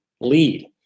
lead